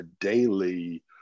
daily